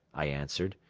i answered,